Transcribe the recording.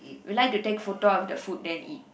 we like to take photo of the food then eat